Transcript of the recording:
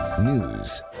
News